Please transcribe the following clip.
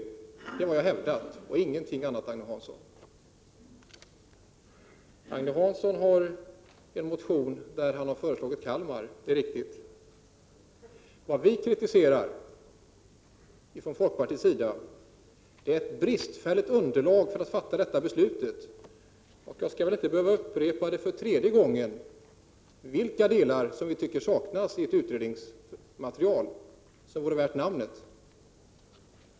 Det har jag hävdat och ingenting annat, Agne Hansson. Agne Hansson har väckt en motion i vilken han har föreslagit Kalmar, det är riktigt. Det folkpartiet kritiserar är att underlaget för beslutet är bristfälligt. Jag skall väl inte behöva upprepa för tredje gången vilka delar vi tycker bör tillföras utredningsmaterialet för att det skall vara värt namnet.